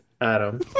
Adam